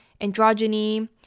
androgyny